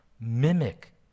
mimic